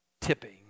tipping